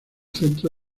centro